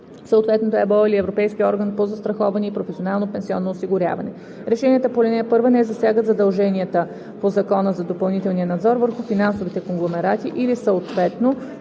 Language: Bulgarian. съответно до ЕБО или Европейския орган по застраховане и професионално пенсионно осигуряване. Решенията по ал. 1 не засягат задълженията по Закона за допълнителния надзор върху финансовите конгломерати или съответното